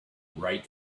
write